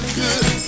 good